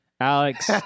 Alex